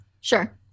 Sure